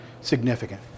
significant